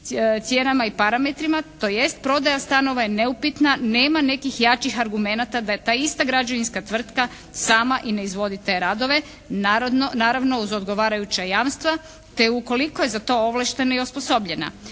cijenama i parametrima, tj. prodaja stanova je neupitna, nema nekih jačih argumenata da je ta ista građevinska tvrtka sama i ne izvodi te radove, naravno uz odgovarajuća jamstva te ukoliko je za to ovlaštena i osposobljena.